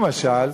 למשל,